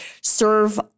serve